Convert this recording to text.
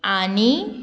आनी